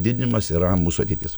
didinimas yra mūsų ateitis